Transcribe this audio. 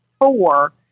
four